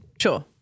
Sure